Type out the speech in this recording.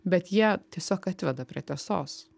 bet jie tiesiog atveda prie tiesos